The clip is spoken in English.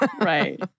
Right